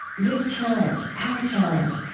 this challenge, our challenge,